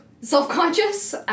self-conscious